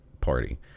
Party